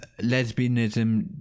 Lesbianism